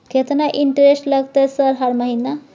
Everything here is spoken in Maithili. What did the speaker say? केतना इंटेरेस्ट लगतै सर हर महीना?